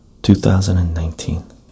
2019